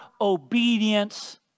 obedience